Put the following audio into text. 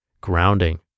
grounding